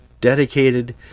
dedicated